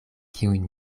kiujn